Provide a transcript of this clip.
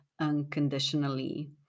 unconditionally